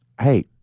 Hey